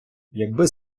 якби